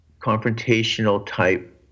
confrontational-type